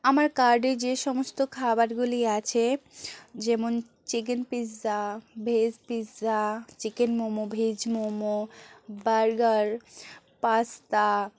আমার কার্ডে যে সমস্ত খাবারগুলি আছে যেমন chicken pizza veg pizza chicken momo veg momo burger pasta